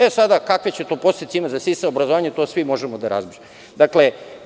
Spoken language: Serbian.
E sada, kakve će to posledice imati za cilj sa obrazovanjem, to svi možemo da razmišljamo.